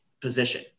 position